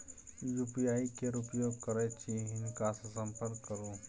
UPI केर उपयोग करैत छी हिनका सँ संपर्क करु